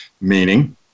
meaning